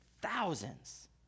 thousands